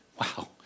Wow